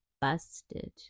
busted